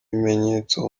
ibimenyetso